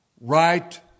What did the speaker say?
right